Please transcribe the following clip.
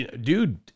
dude